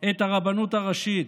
את הרבנות הראשית?